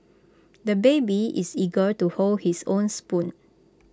the baby is eager to hold his own spoon